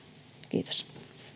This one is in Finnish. kiitos